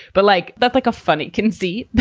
but like that's like a funny can see.